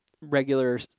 Regular